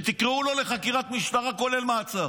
ותקראו לו לחקירת משטרה, כולל מעצר.